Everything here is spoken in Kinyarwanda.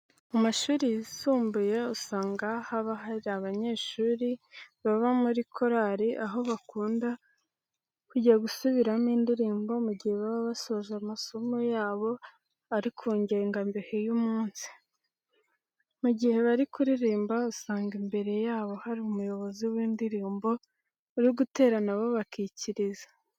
Mu mashuri yisumbuye usanga haba hari abanyeshuri baba muri korari, aho bakunda kujya gusubiramo indirimbo mu gihe baba basoje amasomo yabo ari ku ngengabihe y'umunsi. Mu guhe bari kuririmba usanga imbere yabo hari umuyobozi w'indirimbo uri gutera na bo bakicyiriza.